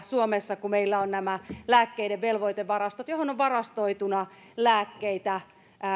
suomessa kun meillä ovat nämä lääkkeiden velvoitevarastot joihin on varastoituna lääkkeitä